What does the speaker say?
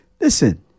listen